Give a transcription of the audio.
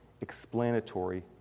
explanatory